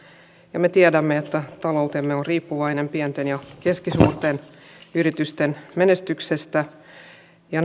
ja me tiedämme että taloutemme on riippuvainen pienten ja keskisuurten yritysten menestyksestä ja